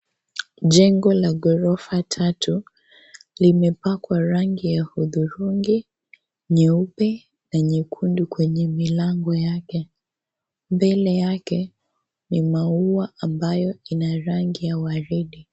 Jengo la ghorofa tatu limepakwa rangi ya hudhurungi, nyeupe na nyekundu kwenye milango yake, mbele yake ni maua ambayo ina rangi ya waridi.